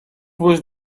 was